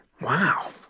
wow